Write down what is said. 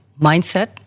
mindset